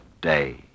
day